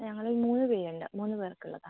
ഞങ്ങൾ മൂന്നു പേരുണ്ട് മൂന്നു പേര്ക്കുള്ളതാണ്